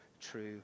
true